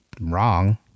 wrong